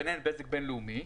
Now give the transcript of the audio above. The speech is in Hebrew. ביניהן בזק בינלאומי,